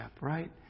right